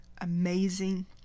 amazing